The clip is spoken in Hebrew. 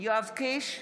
יואב קיש,